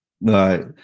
Right